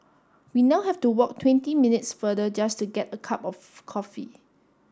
we now have to walk twenty minutes farther just to get a cup of coffee